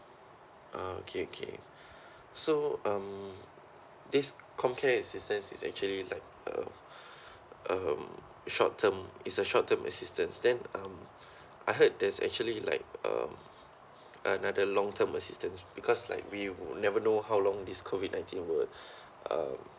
ah okay okay so um this com care assistance is actually like uh um short term it's a short term assistance then um I heard there's actually like um another long term assistance because like we never know how long this COVID nineteen will um